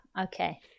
Okay